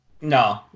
No